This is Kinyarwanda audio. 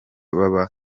baba